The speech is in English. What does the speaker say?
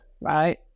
right